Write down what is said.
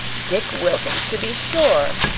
dick wilkins, to be sure!